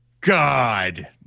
God